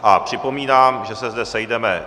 A připomínám, že se zde sejdeme...